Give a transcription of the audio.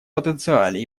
потенциале